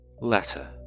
Letter